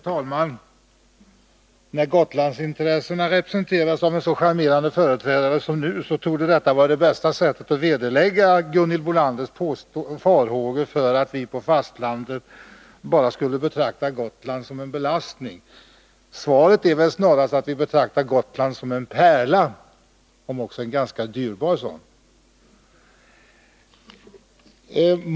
Herr talman! Att Gotlandsintressena företräds av en så charmerande person som nu torde vara det bästa sättet att vederlägga Gunhild Bolanders farhågor för att vi på fastlandet skulle betrakta Gotland bara som en belastning. Svaret är snarast att vi betraktar Gotland som en pärla, om också en ganska dyrbar sådan.